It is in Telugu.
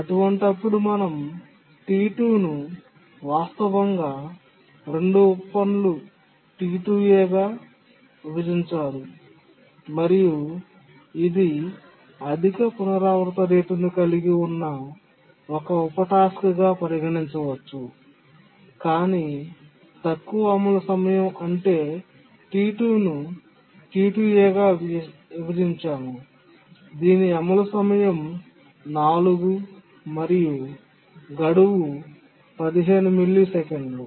అటువంటప్పుడు మనం T2 ను వాస్తవంగా 2 ఉప పనులు T2a గా విభజించాము మరియు ఇది అధిక పునరావృత రేటును కలిగి ఉన్న ఒక ఉప టాస్క్గా పరిగణించవచ్చు కాని తక్కువ అమలు సమయం అంటే T2 ను T2a గా విభజించాము దీని అమలు సమయం 4 మరియు గడువు 15 మిల్లీసెకన్లు